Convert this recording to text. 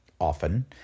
often